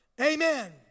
Amen